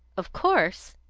of course,